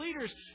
leaders